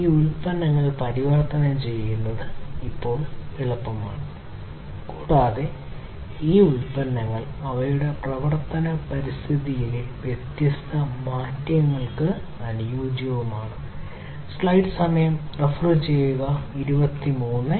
ഈ ഉൽപ്പന്നങ്ങൾ പരിവർത്തനം ചെയ്യുന്നത് ഇപ്പോൾ എളുപ്പമാണ് കൂടാതെ ഈ ഉൽപ്പന്നങ്ങൾ അവയുടെ പ്രവർത്തന പരിതസ്ഥിതിയിലെ വ്യത്യസ്ത മാറ്റങ്ങൾക്ക് അനുയോജ്യമാണ്